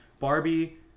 Barbie